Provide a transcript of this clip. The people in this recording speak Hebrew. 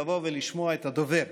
לבוא ולשמוע את הדובר,